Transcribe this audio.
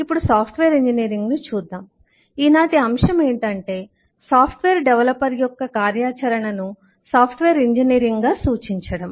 ఇప్పుడు సాఫ్ట్వేర్ ఇంజనీరింగ్ను చూద్దాం ఈనాటి అంశం ఏమంటే సాఫ్ట్వేర్ డెవలప్మెంట్ యొక్క కార్యాచరణను సాఫ్ట్వేర్ ఇంజనీరింగ్గా సూచించడం